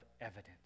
evidence